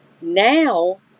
Now